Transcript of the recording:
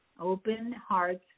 open-hearts